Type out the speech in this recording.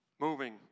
moving